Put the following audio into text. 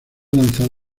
lanzado